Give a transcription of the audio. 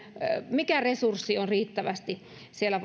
mikä resurssi on riittävästi siellä